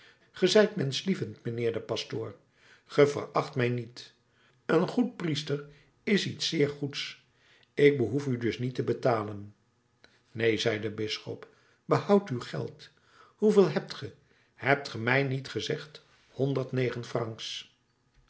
ge zijt menschlievend mijnheer de pastoor ge veracht mij niet een goed priester is iets zeer goeds ik behoef u dus niet te betalen neen zei de bisschop behoud uw geld hoeveel hebt ge hebt ge mij niet gezegd